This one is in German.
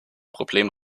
problem